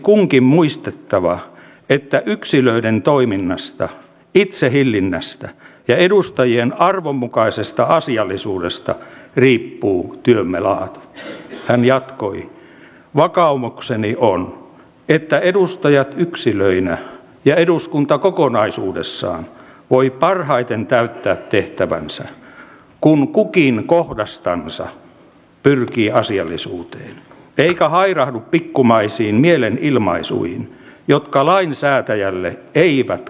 nämä kuolemanpartiot monilla isisin alueilla kiertävät ovelta ovelle keräävät nimenomaan ne nuoret miehet ja monet nuoret naiset jopa pyrkivät ja myös vanhemmatkin naiset pyrkivät saamaan nimenomaan tämän ikäiset nuoret miehet pois jotta he eivät